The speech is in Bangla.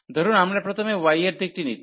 ধরুন আমরা প্রথমে y এর দিকটি নিচ্ছি